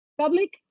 public